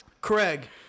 Craig